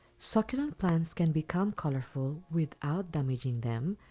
succulent plants can become colorful without damaging them,